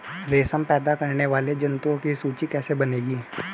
रेशम पैदा करने वाले जंतुओं की सूची कैसे बनेगी?